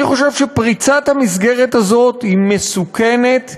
אני חושב שפריצת המסגרת הזאת היא מסוכנת,